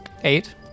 Eight